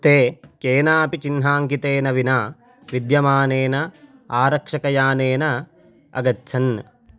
ते केनापि चिह्नाङ्कितेन विना विद्यमानेन आरक्षकयानेन अगच्छन्